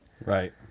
Right